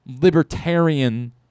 libertarian